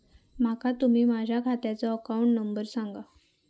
माका तुम्ही माझ्या खात्याचो अकाउंट नंबर सांगा?